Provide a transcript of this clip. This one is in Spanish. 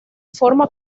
forma